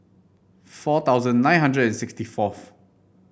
four thousand nine hundred and sixty fourth